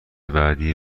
بعدی